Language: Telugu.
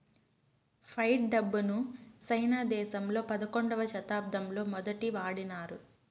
ఫైట్ డబ్బును సైనా దేశంలో పదకొండవ శతాబ్దంలో మొదటి వాడినారు